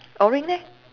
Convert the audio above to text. orange leh